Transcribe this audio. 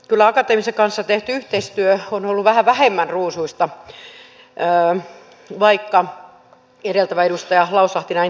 kyllä akateemisen maailman kanssa tehty yhteistyö on ollut vähän vähemmän ruusuista vaikka edellä edustaja lauslahti niin totesikin